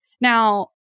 Now